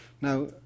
Now